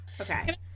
okay